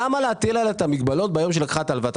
למה להטיל עליה את המגבלות ביום שהיא לקחה את ההלוואה?